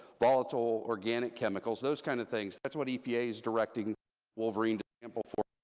volatile organic chemicals, those kind of things, that's what epa is directing wolverine to sample for,